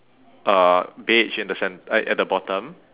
uh beige in the cen~ a~ at the bottom